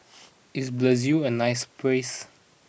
is Brazil a nice place